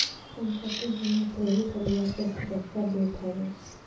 संपत्ति बीमा तोहरी परिवार के सुरक्षा देत हवे